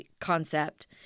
concept